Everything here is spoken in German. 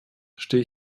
stehe